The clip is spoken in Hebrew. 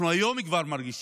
אנחנו כבר היום מרגישים,